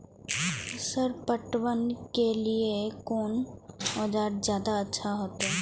Sir पटवन के लीऐ कोन औजार ज्यादा अच्छा होते?